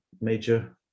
major